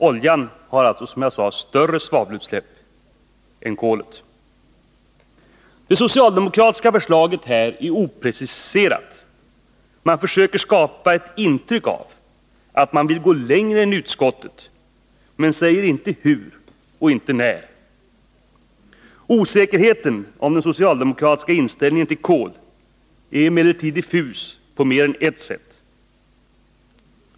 Oljan ger alltså, som jag sade, större svavelutsläpp än kolet. Det socialdemokratiska förslaget är opreciserat. Man försöker skapa intryck av att man vill gå längre än utskottet, men säger inte hur och inte när. Osäkerheten om den socialdemokratiska inställningen till kol är emellertid diffus på mer än ett sätt.